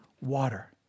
water